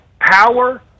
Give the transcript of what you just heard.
power